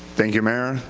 thank you, mayor,